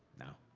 no.